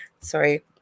sorry